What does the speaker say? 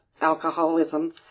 alcoholism